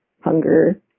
hunger